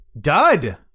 Dud